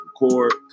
record